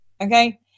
Okay